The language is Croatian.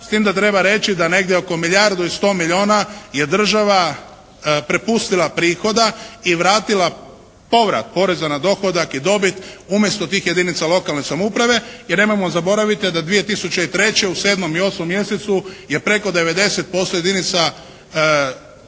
S tim da treba reći da negdje oko milijardu i 100 milijuna je država prepustila prihoda i vratila povrat poreza na dohodak i dobit umjesto tih jedinica lokalne samouprave jer nemojmo zaboraviti da 2003. u 7. i 8. mjesecu je preko 90% jedinica lokalne